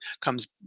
comes